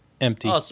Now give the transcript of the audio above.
Empty